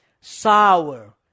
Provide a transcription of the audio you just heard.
sour